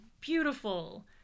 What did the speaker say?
beautiful